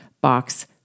box